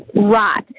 Right